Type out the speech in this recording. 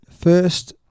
First